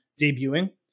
debuting